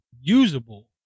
usable